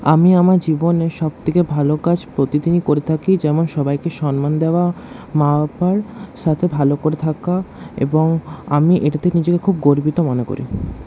আমি আমার জীবনে সবথেকে ভালো কাজ প্রতিদিনই করে থাকি যেমন সবাইকে সম্মান দেওয়া মা বাবার সাথে ভালো করে থাকা এবং আমি এটিতে নিজেকে খুব গর্বিত মনে করি